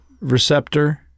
receptor